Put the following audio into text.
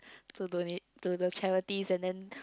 to donate to the charities and then